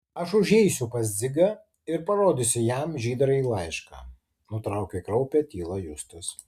aš užeisiu pas dzigą ir parodysiu jam žydrąjį laišką nutraukė kraupią tylą justas